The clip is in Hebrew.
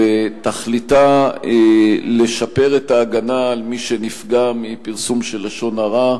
ותכליתה לשפר את ההגנה על מי שנפגע מפרסום של לשון הרע.